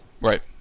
Right